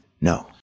no